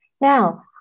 Now